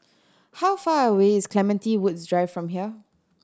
how far away is Clementi Woods Drive from here